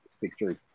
victory